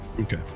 okay